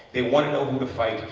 they want to know who to fight.